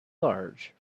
large